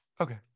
Okay